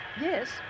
Yes